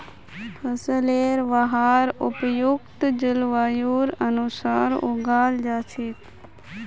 फसलेर वहार उपयुक्त जलवायुर अनुसार उगाल जा छेक